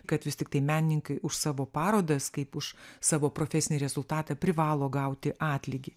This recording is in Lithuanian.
kad vis tiktai menininkai už savo parodas kaip už savo profesinį rezultatą privalo gauti atlygį